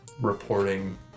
reporting